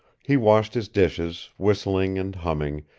he washed his dishes, whistling and humming,